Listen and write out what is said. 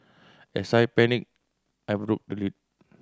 as I panicked I broke the lid